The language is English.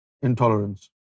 intolerance